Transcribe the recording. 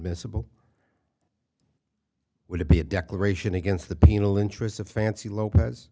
miscible would it be a declaration against the penal interest of fancy lopez